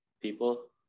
people